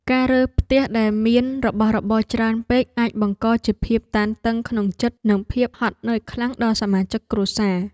ការរើផ្ទះដែលមានរបស់របរច្រើនពេកអាចបង្កជាភាពតានតឹងក្នុងចិត្តនិងភាពហត់នឿយខ្លាំងដល់សមាជិកគ្រួសារ។